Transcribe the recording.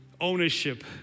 ownership